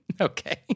Okay